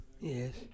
Yes